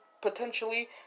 potentially